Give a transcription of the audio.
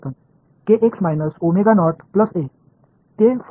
மாணவர்Kx minus அது ஒரு பை நாட்